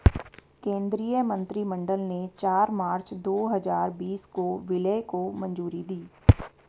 केंद्रीय मंत्रिमंडल ने चार मार्च दो हजार बीस को विलय को मंजूरी दी